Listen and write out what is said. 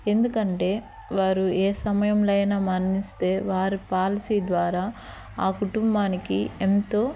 ఎందుకు అంటే వారు ఏ సమయంలో అయినా మరణిస్తే వారి పాలసీ ద్వారా ఆ కుటుంబానికి ఎంతో